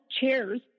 chairs